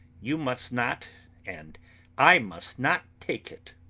you must not and i must not take it!